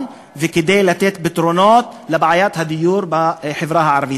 וכדי לתת פתרונות לבעיית הדיור בחברה הערבית.